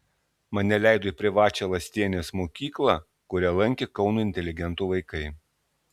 mane leido į privačią lastienės mokyklą kurią lankė kauno inteligentų vaikai